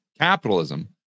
capitalism